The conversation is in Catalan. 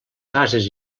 fases